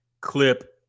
clip